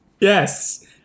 Yes